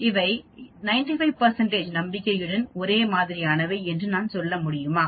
அவை 95 நம்பிக்கையுடன் ஒரே மாதிரியானவை என்று நான் சொல்ல முடியுமா